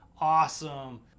awesome